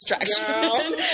distraction